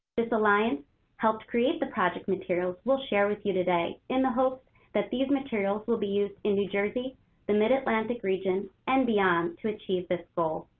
this alliance helped create the project materials we'll share with you today in the hopes that these materials will be used in new jersey and the mid-atlantic region and beyond to achieve this goal.